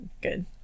good